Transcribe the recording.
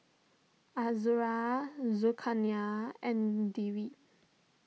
Azura Zulkarnain and Dewi